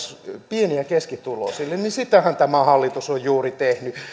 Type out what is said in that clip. pieni ja keskituloisille niin sitähän tämä hallitus on juuri tehnyt